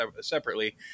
separately